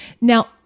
Now